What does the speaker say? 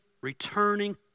returning